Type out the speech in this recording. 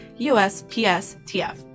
USPSTF